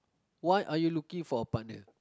what are you looking for a partner